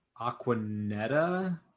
Aquanetta